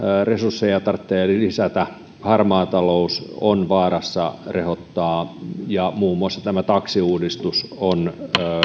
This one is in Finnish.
resursseja tarvitsee lisätä harmaa talous on vaarassa rehottaa ja muun muassa tämä taksiuudistus on